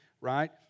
right